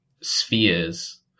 spheres